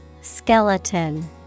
Skeleton